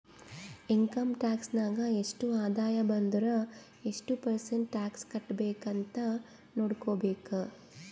income tax ನಾಗ್ ಎಷ್ಟ ಆದಾಯ ಬಂದುರ್ ಎಷ್ಟು ಪರ್ಸೆಂಟ್ ಟ್ಯಾಕ್ಸ್ ಕಟ್ಬೇಕ್ ಅಂತ್ ನೊಡ್ಕೋಬೇಕ್